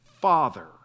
father